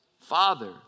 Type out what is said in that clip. Father